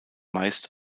meist